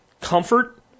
comfort